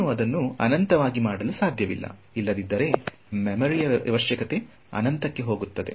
ನಾನು ಅದನ್ನು ಅನಂತವಾಗಿ ಮಾಡಲು ಸಾಧ್ಯವಿಲ್ಲ ಇಲ್ಲದಿದ್ದರೆ ಮೆಮೊರಿ ಅವಶ್ಯಕತೆ ಅನಂತಕ್ಕೆ ಹೋಗುತ್ತದೆ